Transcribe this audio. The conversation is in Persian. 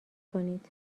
کنید